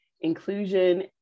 inclusion